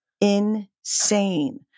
insane